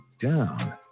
down